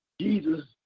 Jesus